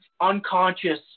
unconscious